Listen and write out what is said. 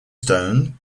stone